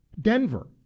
Denver